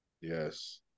Yes